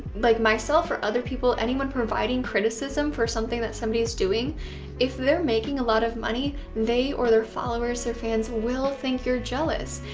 like myself or other people anyone providing criticism for something that somebody's doing if they're making a lot of money, they or their followers, their fans, will think you're jealous.